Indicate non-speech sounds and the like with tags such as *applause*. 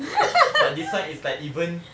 *laughs* but this one is like even